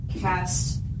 cast